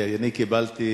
אני קיבלתי